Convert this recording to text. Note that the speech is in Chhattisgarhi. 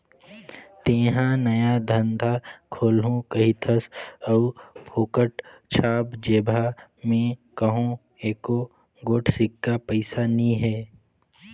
तेंहा नया धंधा खोलहू कहिथस अउ फोकट छाप जेबहा में कहों एको गोट सिक्का पइसा नी हे